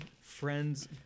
Friends